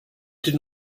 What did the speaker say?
did